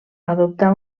adoptà